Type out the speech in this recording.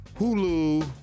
Hulu